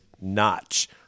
notch